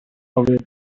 away